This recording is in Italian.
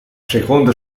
seconda